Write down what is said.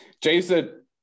Jason